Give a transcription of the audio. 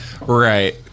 Right